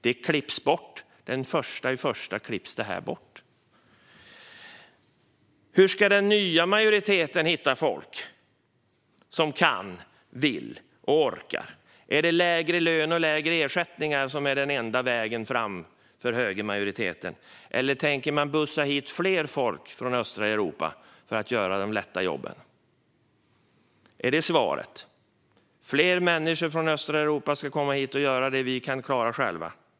Det klipps bort den 1 januari. Hur ska den nya majoriteten hitta folk som vill, kan och orkar? Är det lägre lön och lägre ersättningar som är den enda vägen fram för högermajoriteten, eller tänker man bussa hit mer folk från östra Europa som ska göra de lätta jobben? Är det svaret, alltså att fler människor från östra Europa ska komma hit och göra det som vi kan klara själva?